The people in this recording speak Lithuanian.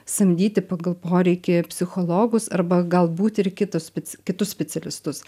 samdyti pagal poreikį psichologus arba galbūt ir kitus kitus specialistus